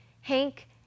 Hank